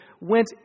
went